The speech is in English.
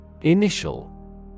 Initial